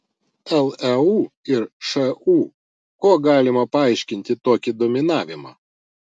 leu ir šu kuo galima paaiškinti tokį dominavimą